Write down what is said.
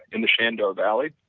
in the shenandoah valley,